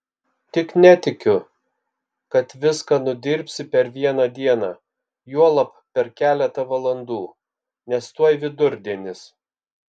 tik netikiu kad viską nudirbsi per vieną dieną juolab per keletą valandų nes tuoj vidurdienis